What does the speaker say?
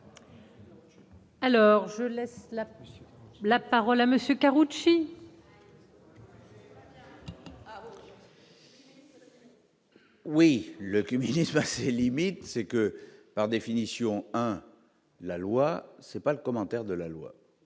Alors je laisse la parole à monsieur Karoutchi. Oui, le climat facile limite c'est que par définition, la loi c'est pas de commentaire de la loi